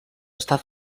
està